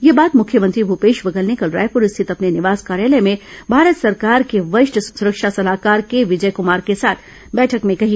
यह बात मुख्यमंत्री भूपेश बधेल ने कल रायपुर स्थित अपने निवास कार्यालय में भारत सरकार के वरिष्ठ सुरक्षा सलाहकार के विजय कमार के साथ बैठक में कही